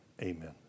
Amen